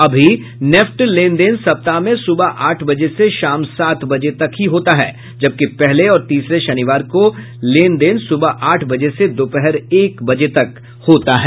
अभी नेफ्ट लेन देन सप्ताह में सुबह आठ बजे से शाम सात बजे तक होते हैं जबकि पहले और तीसरे शनिवार को लेन देन सुबह आठ बजे से दोपहर एक बजे तक होता है